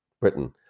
Britain